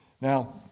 Now